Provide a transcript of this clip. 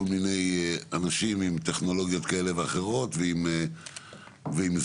מיני אנשים עם טכנולוגיות כאלה ואחרות ועם זמן.